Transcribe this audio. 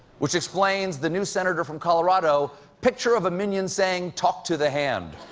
which explains the new senator from colorado picture of a minion saying, talk to the hand.